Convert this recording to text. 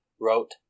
wrote